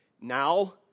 Now